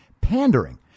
pandering